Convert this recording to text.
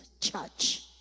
church